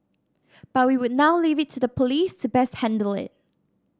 but we would now leave it to the police to best handle it